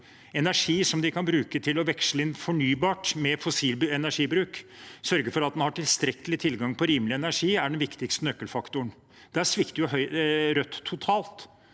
energi som de kan bruke til å veksle inn fossil energibruk i fornybar. Å sørge for at en har tilstrekkelig tilgang på rimelig energi, er den viktigste nøkkelfaktoren. Der svikter Rødt totalt,